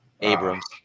Abrams